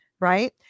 right